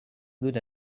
good